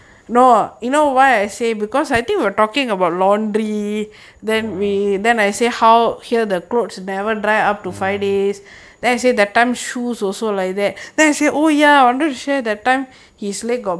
ah mm